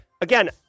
Again